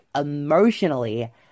emotionally